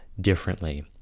differently